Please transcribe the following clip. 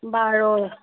বাৰু